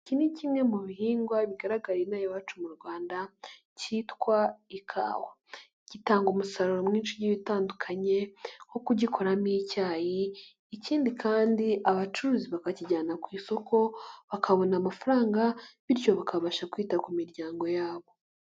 Iki ni kimwe mu bihingwa bigaragarira inaha iwacu mu Rwanda cyitwa ikawa, gitanga umusaruro mwinshi ugiye utandukanye nko kugikoramo icyayi, ikindi kandi abacuruzi bakakijyana ku isoko bakabona amafaranga bityo bakabasha kwita ku miryango yabo.